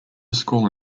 school